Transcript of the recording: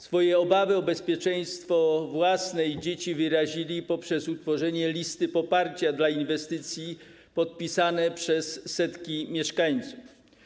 Swoje obawy o bezpieczeństwo własne i dzieci wyrazili oni poprzez utworzenie listy poparcia dla inwestycji podpisanej przez setki mieszkańców.